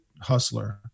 hustler